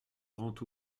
grands